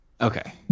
Okay